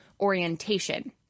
orientation